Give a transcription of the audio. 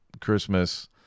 Christmas